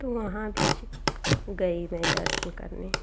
तो वहाँ भी गई मैं दर्शन करने